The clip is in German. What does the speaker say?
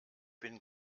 bin